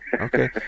Okay